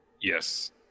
Yes